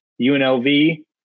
UNLV